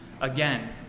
again